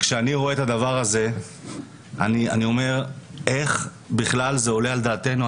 כשאני רואה את הדבר הזה אני לא מבין איך זה בכלל עולה על דעתנו,